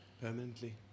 Permanently